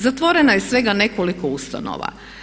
Zatvoreno je svega nekoliko ustanova.